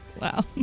Wow